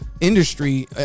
industry